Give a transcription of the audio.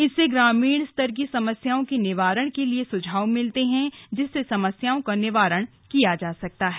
इनसे ग्रामीण स्तर की समस्याओं के निवारण के लिए सुझाव मिलते हैं जिससे समस्याओं का निवारण किया जा सकता है